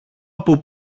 από